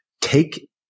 take